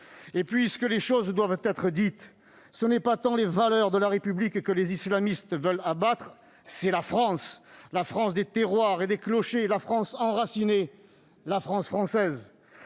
Et, puisque les choses doivent être dites, ce ne sont pas tant les valeurs de la République que les islamistes veulent abattre que la France : la France des terroirs et des clochers, la France enracinée, la France française